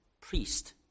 priest